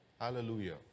Hallelujah